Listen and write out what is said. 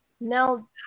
Now